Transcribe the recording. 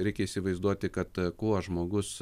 reikia įsivaizduoti kad kuo žmogus